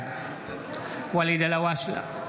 בעד ואליד אלהואשלה,